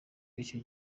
icyo